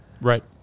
Right